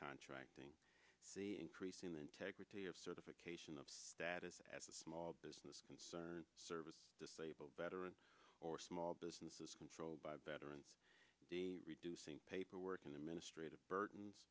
contracting see increasing the integrity of certification of status as a small business concern service disabled veterans or small businesses controlled by veteran d reducing paperwork in the ministry of burdens